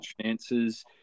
chances